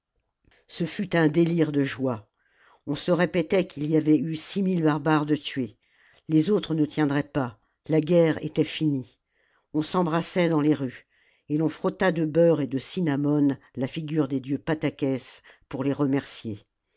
ce fut un délire de joie on se répétait qu'il y avait eu six mille barbares de tués les autres ne tiendraient pas la guerre était finie on s'embrassait dans les rues et l'on frotta de beurre et de cinnamome la figure des dieux patseques pour les remercier